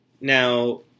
Now